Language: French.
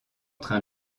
train